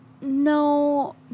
No